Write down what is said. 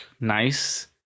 nice